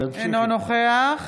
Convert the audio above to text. אינו נוכח